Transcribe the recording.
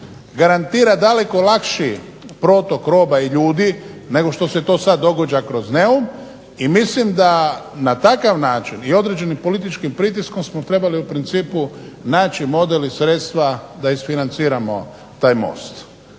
garantira daleko lakši protok roma i ljudi nego što se to sada događa kroz Neum. I mislim na takav način i određenim političkim pritiskom smo trebali u principu naći model i sredstva da isfinanciramo taj most,